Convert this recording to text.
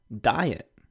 Diet